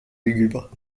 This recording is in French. lugubre